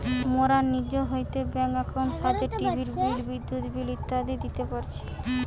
মোরা নিজ হইতে ব্যাঙ্ক একাউন্টের সাহায্যে টিভির বিল, বিদ্যুতের বিল ইত্যাদি দিতে পারতেছি